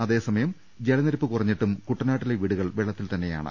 അതേസമയം ജലനിരപ്പ് കുറഞ്ഞിട്ടും കുട്ട നാട്ടിലെ വീടുകൾ വെള്ളത്തിൽ തന്നെയാണ്